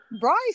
Bryce